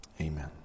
Amen